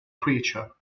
creature